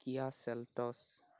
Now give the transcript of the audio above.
Kia Seltos